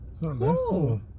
cool